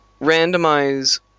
randomize